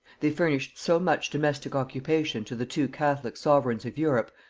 they furnished so much domestic occupation to the two catholic sovereigns of europe,